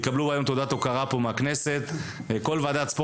הם יקבלו תעודת הוקרה בסוף הדיון.